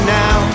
now